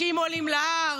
שאם עולים להר,